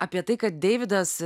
apie tai kad deividas